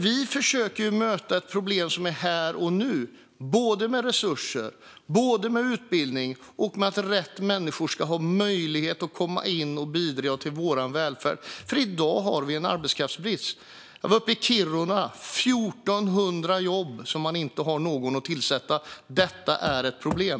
Vi försöker möta ett problem som finns här och nu med resurser, utbildning och att rätt människor ska ha möjlighet att komma hit och bidra till vår välfärd. I dag finns en arbetskraftsbrist. Jag har varit i Kiruna. Där finns 1 400 jobb som inte kan tillsättas, och det är ett problem.